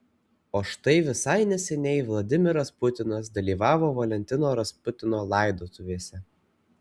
o štai visai neseniai vladimiras putinas dalyvavo valentino rasputino laidotuvėse